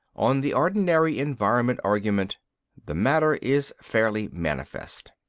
on the ordinary environment argument the matter is fairly manifest.